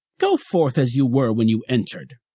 go forth as you were when you entered!